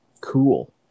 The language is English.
Cool